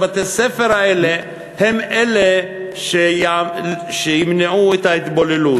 בתי-הספר האלה הם אלה שימנעו את ההתבוללות.